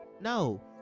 no